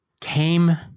came